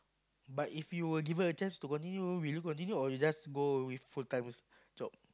but if you are given a chance to continue will you continue or you just go with full time job